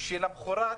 שזה למוחרת